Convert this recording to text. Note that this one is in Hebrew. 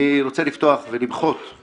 אני רוצה לפתוח ולמחות על